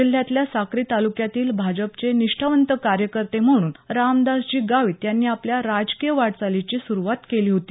जिल्ह्यातल्या साक्री तालुक्यातील भाजपचे निष्ठावंत कार्यकर्ते म्हणून रामदासजी गावित यांनी आपल्या राजकीय वाटचालीची सुरुवात केली होती